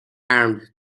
and